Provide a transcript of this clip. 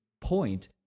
point